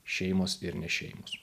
šeimos ir ne šeimos